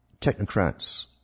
technocrats